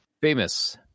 Famous